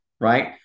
right